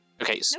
Okay